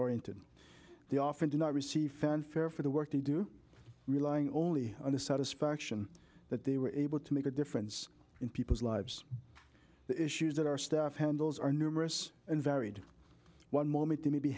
oriented they often do not receive fanfare for the work to do relying only on the satisfaction that they were able to make a difference in people's lives the issues that our staff handles are numerous and varied one moment they may be